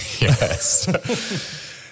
Yes